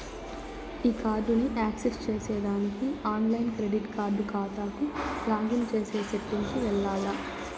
ఈ కార్డుని యాక్సెస్ చేసేదానికి ఆన్లైన్ క్రెడిట్ కార్డు కాతాకు లాగిన్ చేసే సెట్టింగ్ కి వెల్లాల్ల